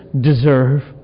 deserve